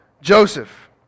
Joseph